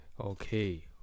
Okay